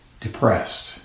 depressed